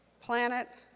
planet,